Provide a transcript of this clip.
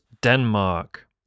Denmark